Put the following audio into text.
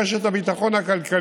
הוא חוק רשת הביטחון הכלכלית,